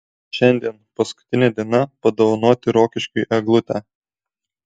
šiandien paskutinė diena padovanoti rokiškiui eglutę